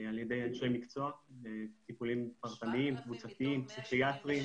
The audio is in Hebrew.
על ידי אנשי מקצוע, טיפולים פרטניים, קבוצתיים.